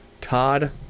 Todd